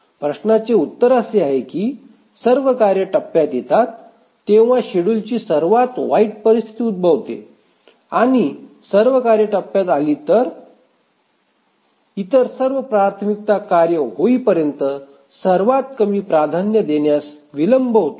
प्रश्नाचे उत्तर असे आहे की सर्व कार्ये टप्प्यात येतात तेव्हा शेड्युलची सर्वात वाईट परिस्थिती उद्भवते आणि सर्व कार्ये टप्प्यात आली तर इतर सर्व प्राथमिकता कार्य होईपर्यंत सर्वात कमी प्राधान्य देण्यास विलंब होतो